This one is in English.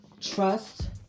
trust